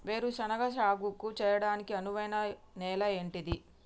వేరు శనగ సాగు చేయడానికి అనువైన నేల ఏంటిది?